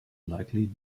likely